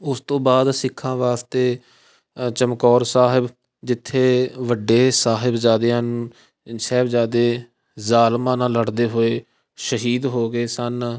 ਉਸ ਤੋਂ ਬਾਅਦ ਸਿੱਖਾਂ ਵਾਸਤੇ ਚਮਕੌਰ ਸਾਹਿਬ ਜਿੱਥੇ ਵੱਡੇ ਸਾਹਿਬਜ਼ਾਦਿਆਂ ਨੂੰ ਸਾਹਿਬਜ਼ਾਦੇ ਜ਼ਾਲਮਾਂ ਨਾਲ ਲੜਦੇ ਹੋਏ ਸ਼ਹੀਦ ਹੋ ਗਏ ਸਨ